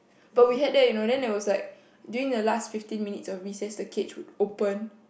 but we had that you know then there was like during the last fifteen minutes of recess the cage would open